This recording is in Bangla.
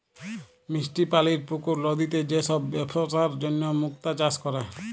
মিষ্টি পালির পুকুর, লদিতে যে সব বেপসার জনহ মুক্তা চাষ ক্যরে